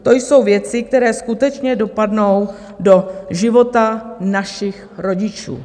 To jsou věci, které skutečně dopadnou do života našich rodičů.